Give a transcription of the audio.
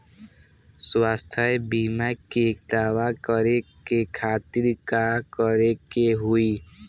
स्वास्थ्य बीमा के दावा करे के खातिर का करे के होई?